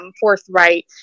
forthright